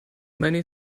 many